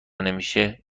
نمیشه